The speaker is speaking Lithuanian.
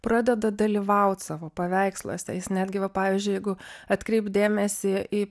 pradeda dalyvaut savo paveiksluose jis netgi va pavyzdžiui jeigu atkreipt dėmesį į